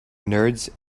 nerds